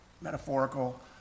metaphorical